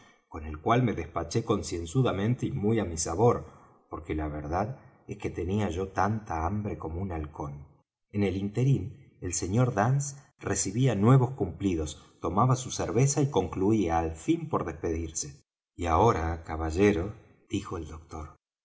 con el cual me despaché concienzudamente y muy á mi sabor porque la verdad es que tenía yo tanta hambre como un halcón en el interín el sr dance recibía nuevos cumplidos tomaba su cerveza y concluía al fin por despedirse y ahora caballero dijo el doctor